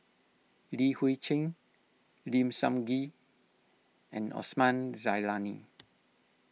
Li Hui Cheng Lim Sun Gee and Osman Zailani